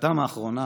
זעקתם האחרונה